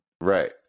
right